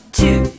two